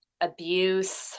abuse